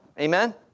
Amen